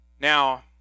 Now